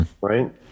right